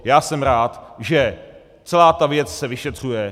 Já jsem rád, že celá ta věc se vyšetřuje.